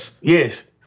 Yes